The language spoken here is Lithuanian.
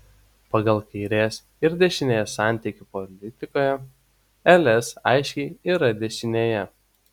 pagal kairės ir dešinės santykį politikoje ls aiškiai yra dešinėje